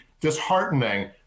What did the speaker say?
disheartening